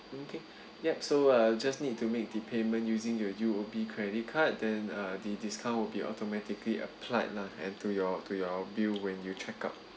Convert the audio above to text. okay yup so uh just need to make the payment using your U O B credit card then the discount will be automatically applied lah and to your to your view when you check out